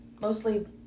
mostly